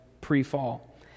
pre-fall